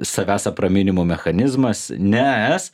savęs apraminimų mechanizmas nes